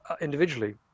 individually